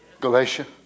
Galatia